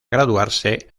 graduarse